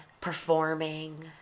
performing